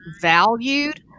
valued